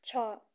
छ